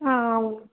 అవును